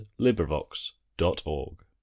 LibriVox.org